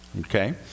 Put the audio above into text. Okay